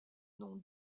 nom